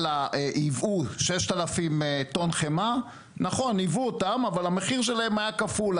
שייבאו 6,000 טון חמאה המחיר היה כפול.